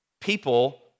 people